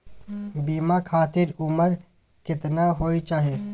बीमा खातिर उमर केतना होय चाही?